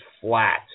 flat